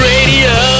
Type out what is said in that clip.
Radio